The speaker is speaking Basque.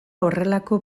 horrelako